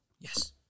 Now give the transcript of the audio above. Yes